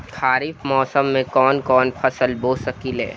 खरिफ मौसम में कवन कवन फसल बो सकि ले?